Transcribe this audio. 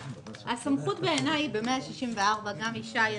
הסמכות בעיניי היא בסעיף 164. ישי פרלמן,